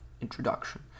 introduction